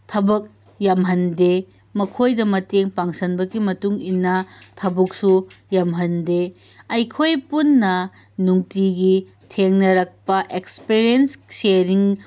ꯊꯕꯛ ꯌꯥꯝꯍꯟꯗꯦ ꯃꯈꯣꯏꯗ ꯃꯇꯦꯡ ꯄꯥꯡꯁꯤꯟꯕꯒꯤ ꯃꯇꯨꯡꯏꯟꯅ ꯊꯕꯛꯁꯨ ꯌꯥꯝꯍꯟꯗꯦ ꯑꯩꯈꯣꯏ ꯄꯨꯟꯅ ꯅꯨꯡꯇꯤꯒꯤ ꯊꯦꯡꯅꯔꯛꯄ ꯑꯦꯛꯁꯄꯤꯔꯤꯌꯦꯟꯁ ꯁꯤꯌꯔꯔꯤꯡ